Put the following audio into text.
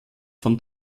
von